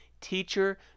Teacher